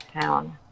town